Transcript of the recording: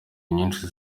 nyinshi